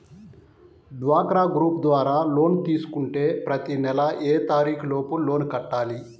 డ్వాక్రా గ్రూప్ ద్వారా లోన్ తీసుకుంటే ప్రతి నెల ఏ తారీకు లోపు లోన్ కట్టాలి?